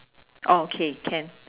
oh okay can